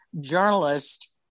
journalist